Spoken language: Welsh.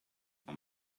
ond